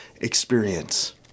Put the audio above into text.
experience